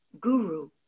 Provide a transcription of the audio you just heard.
guru